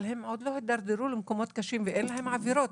אבל הם עוד לא הידרדרו למקומות קשים ואין להם עבירות,